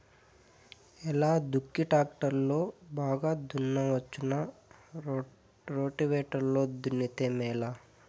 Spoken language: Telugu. ఎలా దుక్కి టాక్టర్ లో బాగా దున్నవచ్చునా రోటివేటర్ లో దున్నితే మేలా?